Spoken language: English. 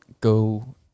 go